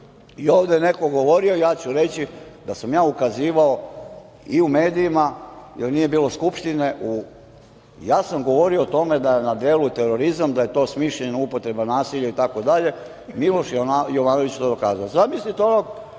je neko govorio – ja ću reći da sam ja ukazivao i u medijima, jer nije bilo Skupštine, ja sam govorio o tome da je na delu terorizam, da je to smišljena upotreba nasilja. Miloš Jovanović je to dokazao.25/1